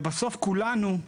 בסוף כולנו,